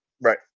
Right